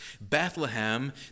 Bethlehem